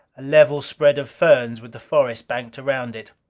a level spread of ferns with the forest banked around it.